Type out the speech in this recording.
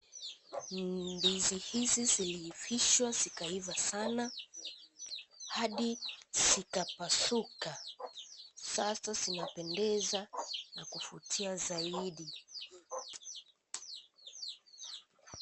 Ndizi hizi ziliivishwa zikaiva sana hadi zikapasuka sasa zinapendeza na kuvutia zaidi.